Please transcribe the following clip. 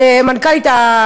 המנכ"לית,